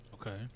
Okay